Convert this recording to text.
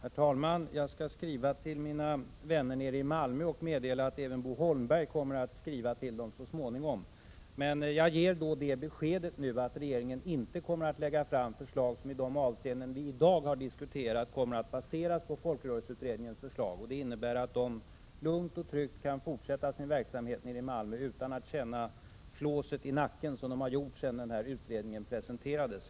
Herr talman! Jag skall skriva till mina vänner nere i Malmö och meddela att även Bo Holmberg kommer att skriva till dem så småningom. Jag ger nu det beskedet att regeringen inte kommer att lägga fram förslag, som i de avseenden vi i dag har diskuterat skall baseras på folkrörelseutredningens förslag. Det innebär att de lugnt och tryggt kan fortsätta sin verksamhet i Malmö utan att känna flåset i nacken, som de har känt sedan utredningen presenterades.